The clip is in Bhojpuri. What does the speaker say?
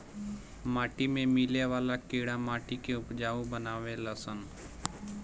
माटी में मिले वाला कीड़ा माटी के उपजाऊ बानावे लन सन